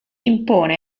impone